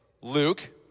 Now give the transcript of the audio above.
Luke